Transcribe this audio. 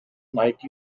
might